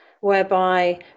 whereby